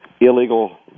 illegal